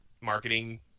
marketing